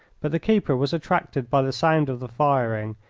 but the keeper was attracted by the sound of the firing,